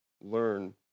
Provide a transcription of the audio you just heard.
learn